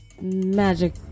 magic